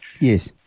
Yes